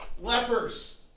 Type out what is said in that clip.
lepers